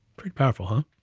pretty powerful, huh?